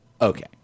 Okay